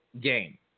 game